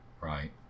right